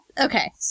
Okay